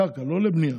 לקרקע ולא לבנייה.